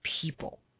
people